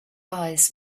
eyes